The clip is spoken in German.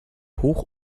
hoch